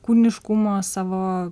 kūniškumo savo